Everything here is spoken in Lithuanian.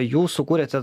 jūs sukūrėte